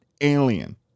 alien